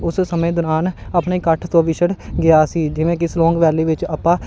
ਉਸ ਸਮੇਂ ਦੌਰਾਨ ਆਪਣੇ ਇਕੱਠ ਤੋਂ ਵਿਛੜ ਗਿਆ ਸੀ ਜਿਵੇਂ ਕਿ ਸਲੋਂਗ ਵੈਲੀ ਵਿੱਚ ਆਪਾਂ